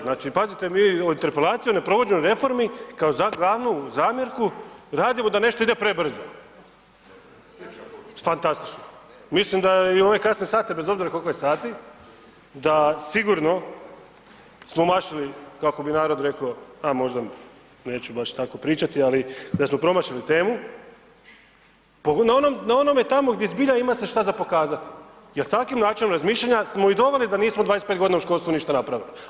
Znači, pazite, mi interpelaciju o ne provođenju reformi kao glavnu zamjerku radimo da nešto ide prebrzo, stantastično, mislim da je i u ove kasne sate bez obzira koliko je sati, da sigurno smo mašili, kako bi narod rekao, a možda neću baš tako pričati, ali da smo promašili temu na onome tamo gdje zbilja ima se šta za pokazati jel takvim načinom razmišljanja smo i doveli da nismo 25.g. u školstvu ništa napravili.